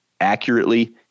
accurately